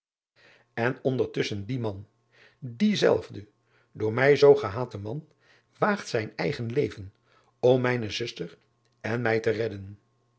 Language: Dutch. n ondertusschen die man die zelfde door mij zoo gehate man waagt zijn eigen leven om mijne zuster en mij te redden